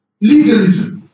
Legalism